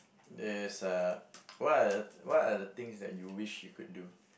there's a what are what are the things that you wish you could do